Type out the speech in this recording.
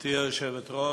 גברתי היושבת-ראש,